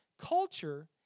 culture